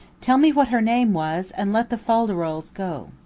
tell me what her name was and let the fol-de-rols go.